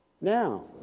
Now